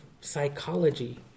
psychology